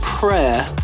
Prayer